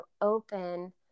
open